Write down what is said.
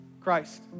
Christ